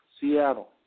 Seattle